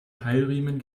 keilriemen